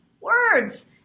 words